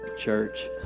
church